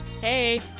Hey